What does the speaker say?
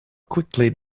quickly